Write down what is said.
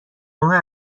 ماه